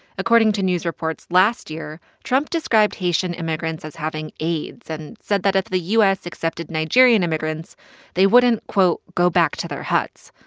according to news reports last year, trump described haitian immigrants as having aids, and said that if the u s. accepted nigerian immigrants they wouldn't, quote, go back to their huts.